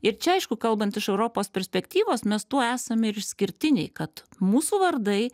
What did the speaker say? ir čia aišku kalbant iš europos perspektyvos mes tuo esam ir išskirtiniai kad mūsų vardai